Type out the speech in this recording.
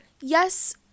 yes